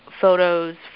photos